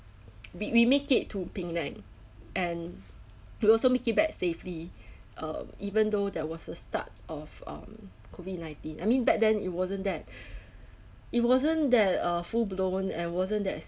we we make it to penang and we also make it back safely um even though that was the start of um COVID nineteen I mean back then it wasn't that it wasn't that uh full blown and wasn't that